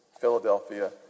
Philadelphia